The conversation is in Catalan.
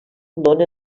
dóna